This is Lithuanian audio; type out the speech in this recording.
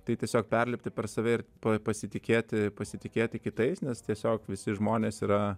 tai tiesiog perlipti per save ir pasitikėti pasitikėti kitais nes tiesiog visi žmonės yra